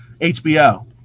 HBO